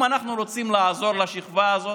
אם אנחנו רוצים לעזור לשכבה הזאת,